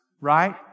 right